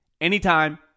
anytime